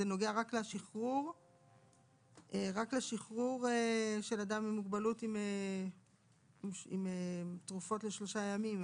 זה נוגע רק לשחרור של אדם עם מוגבלות עם תרופות לשלושה ימים.